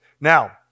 Now